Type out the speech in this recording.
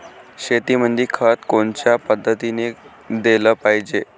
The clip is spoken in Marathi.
शेतीमंदी खत कोनच्या पद्धतीने देलं पाहिजे?